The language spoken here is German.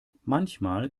manchmal